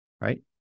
Right